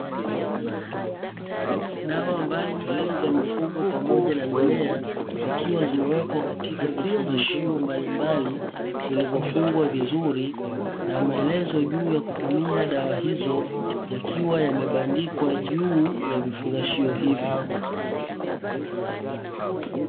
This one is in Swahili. Dawa mbali mbali za mifugo pamoja na mimea zikiwa zimewekwa katika vifungashio mbali mbali vilivyofungwa vizuri, na maelezo juu ya kutumia dawa hizo yakiwa yamebandikwa juu ya vifungashio hivyo.